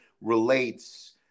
relates